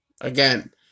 Again